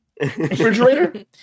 refrigerator